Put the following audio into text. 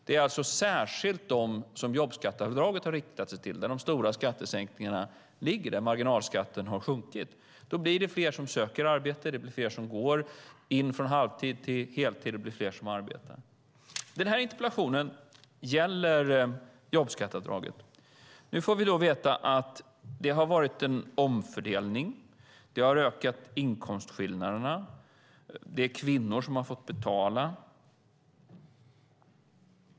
Det är alltså särskilt dem som jobbskatteavdraget har riktat sig till, där de stora skattesänkningarna ligger och där marginalskatten har sjunkit. Då blir det fler som söker arbete, det blir fler som går in från halvtid till heltid och det blir fler som arbetar. Den här interpellationen gäller jobbskatteavdraget. Nu får vi veta att det har varit en omfördelning, att det har ökat inkomstskillnaderna och att det är kvinnor som har fått betala.